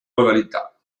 modalità